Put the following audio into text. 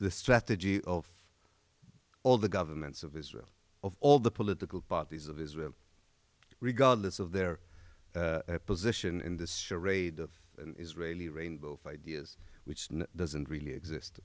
the strategy of all the governments of israel of all the political parties of israel regardless of their position in this charade of israeli rainbow five years which doesn't really exist